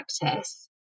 practice